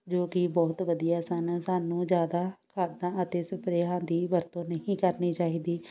ਜੋ ਕਿ ਬਹੁਤ ਵਧੀਆ ਸਨ ਸਾਨੂੰ ਜ਼ਿਆਦਾ ਖਾਦਾਂ ਅਤੇ ਸਪਰੇਹਾਂ ਦੀ ਵਰਤੋਂ ਨਹੀਂ ਕਰਨੀ ਚਾਹੀਦੀ